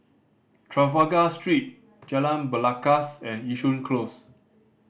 Trafalgar Street Jalan Belangkas and Yishun Close